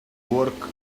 work